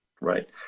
Right